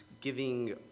giving